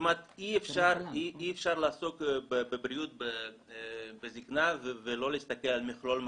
כמעט אי אפשר לעסוק בבריאות בזקנה ולא להסתכל על מכלול מחלות.